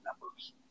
numbers